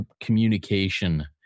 communication